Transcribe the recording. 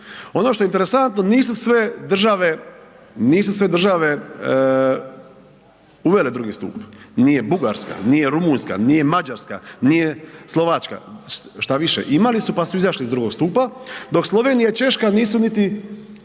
ono što je interesantno nisu sve države, nisu sve države uvele drugi stup, nije Bugarska, nije Rumunjska, nije Mađarska, nije Slovačka, štaviše imali su, pa su izašli iz drugog stupa, dok Slovenija i Češka nisu niti